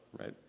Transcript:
right